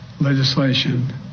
legislation